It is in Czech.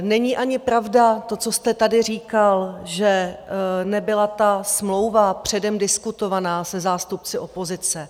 Není ani pravda to, co jste tady říkal, že nebyla ta smlouva předem diskutovaná se zástupci opozice.